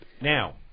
Now